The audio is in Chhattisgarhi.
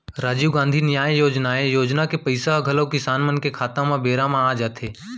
राजीव गांधी न्याय योजनाए योजना के पइसा ह घलौ किसान मन के खाता म बेरा म आ जाथे